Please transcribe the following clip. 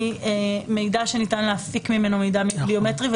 מידע שניתן להפיק ממנה מידע ביומטרי,